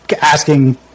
asking